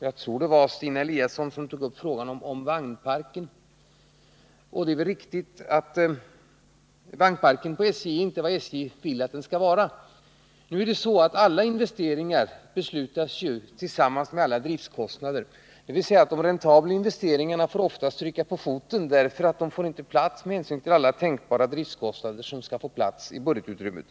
Jag tror det var Stina Eliasson som tog upp frågan om vagnparken, och det är väl riktigt att vagnparken vid SJ inte är vad SJ vill att den skall vara. Alla beslut om investeringar fattas emellertid tillsammans med besluten om driftkostnaderna. Det innebär att de räntabla investeringarna oftast får stryka på foten, därför att de inte får plats med hänsyn till alla tänkbara driftkostnader som skall få plats i budgetutrymmet.